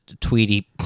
Tweety